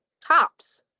tops